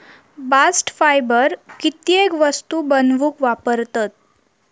bast fibre कित्येक वस्तू बनवूक वापरतत